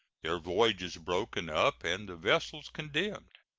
their voyages broken up, and the vessels condemned.